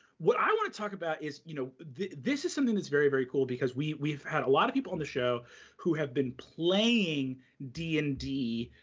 what i wanna talk about is you know this is something that's very, very cool because we've we've had a lot of people on the show who have been playing d and d,